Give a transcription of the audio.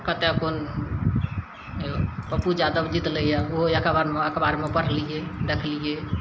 कतए कोन पप्पू यादव जितलै यऽ ओहो एहि खबरिमे अखबारमे पढ़लिए देखलिए